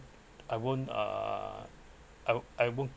I won't uh I'll I won't